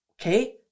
Okay